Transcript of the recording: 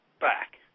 back